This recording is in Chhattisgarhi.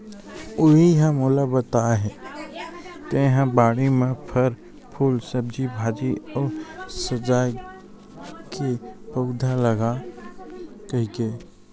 उहीं ह मोला बताय हे तेंहा बाड़ी म फर, फूल, सब्जी भाजी अउ सजाय के पउधा लगा कहिके